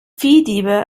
viehdiebe